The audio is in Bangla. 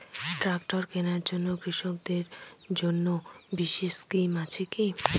ট্রাক্টর কেনার জন্য কৃষকদের জন্য বিশেষ স্কিম আছে কি?